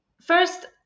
first